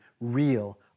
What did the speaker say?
real